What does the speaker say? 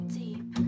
deep